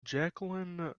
jacqueline